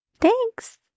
thanks